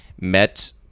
met